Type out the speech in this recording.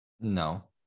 No